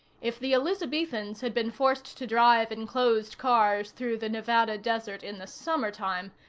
if the elizabethans had been forced to drive in closed cars through the nevada desert in the summertime,